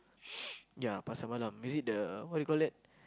ya pasar malam is it the what you call that